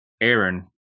Aaron